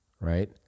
right